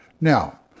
Now